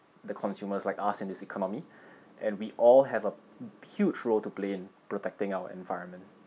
the consumers like us in this economy and we all have a huge role to play in protecting our environment